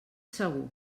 segur